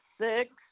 six